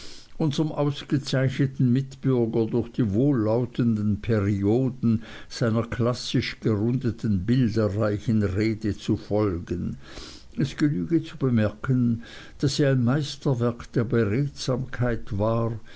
unserm ausgezeichneten mitbürger durch die wohllautenden perioden seiner klassisch gerundeten bilderreichen rede zu folgen es genüge zu bemerken daß sie ein meisterwerk der beredsamkeit war